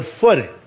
footing